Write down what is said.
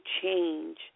change